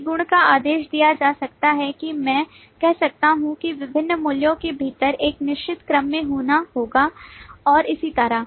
एक गुणका आदेश दिया जा सकता है कि मैं कह सकता हूं कि विभिन्न मूल्यों के भीतर एक निश्चित क्रम में होना होगा और इसी तरह